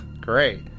great